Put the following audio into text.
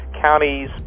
counties